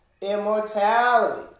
immortality